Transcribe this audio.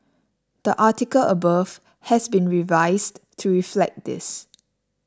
the article above has been revised to reflect this